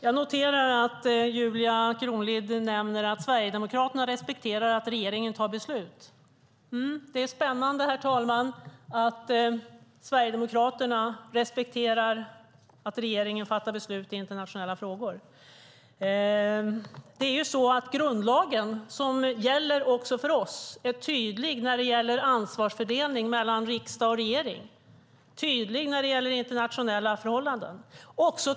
Jag noterar att Julia Kronlid nämner att Sverigedemokraterna respekterar att regeringen tar beslut. Det är spännande, herr talman, att Sverigedemokraterna respekterar att regeringen fattar beslut i internationella frågor. Det är ju så att grundlagen som gäller också för oss är tydlig när det gäller ansvarsfördelning mellan riksdag och regering, tydlig när det gäller internationella förhållanden.